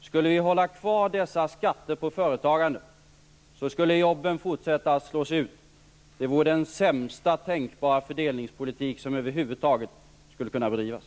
Skulle vi hålla kvar dessa skatter på företagande, skulle jobben fortsätta att slås ut. Det vore den sämsta tänkbara fördelningspolitik som över huvud taget skulle kunna bedrivas.